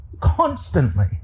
Constantly